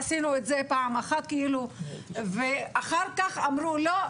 עשינו את זה פעם אחת ואחר-כך אמרו לא,